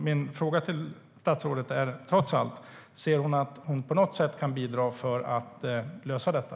Min fråga till statsrådet är, trots allt: Anser hon att hon på något sätt kan bidra till att lösa detta?